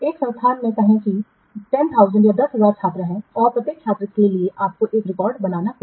एक संस्थान में कहें कि 10000 छात्र हैं और प्रत्येक छात्र के लिए आपको एक रिकॉर्ड बनाना होगा